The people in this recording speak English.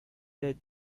the